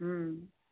हँ